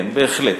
כן, בהחלט.